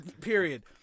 Period